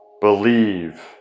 Believe